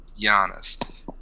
Giannis